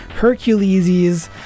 Herculeses